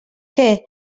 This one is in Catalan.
que